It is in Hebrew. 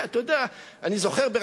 אני זוכר,